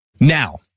Now